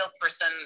person